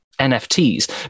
NFTs